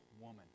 woman